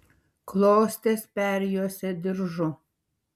klostes perjuosė diržu